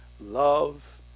love